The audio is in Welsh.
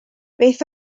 beth